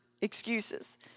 excuses